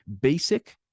basic